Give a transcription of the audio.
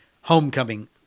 homecoming